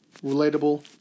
Relatable